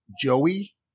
Joey